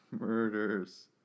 Murders